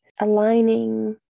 aligning